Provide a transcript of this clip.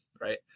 right